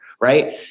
Right